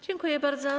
Dziękuję bardzo.